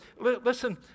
listen